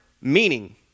meaning